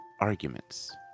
arguments